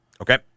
Okay